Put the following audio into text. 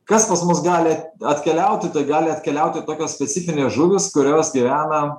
kas pas mus gali atkeliauti tai gali atkeliauti tokios specifinės žuvys kurios gyvena